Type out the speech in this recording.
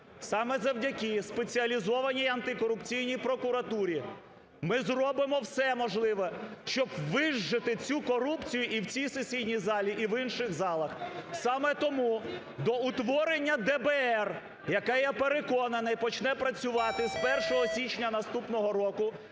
Саме завдяки Спеціалізованій антикорупційній прокуратурі ми зробимо все можливе, що вижжети цю корупцію і в цій сесійній залі, і в інших залах. Саме тому до утворення ДБР, яке, я переконаний, почне працювати з 1 січня наступного року,